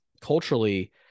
culturally